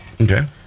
okay